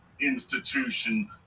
institution